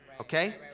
Okay